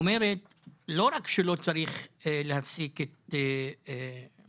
אומרת לא רק שלא צריך להפסיק את מענק